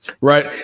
right